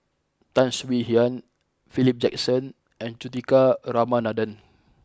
Tan Swie Hian Philip Jackson and Juthika Ramanathan